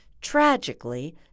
Tragically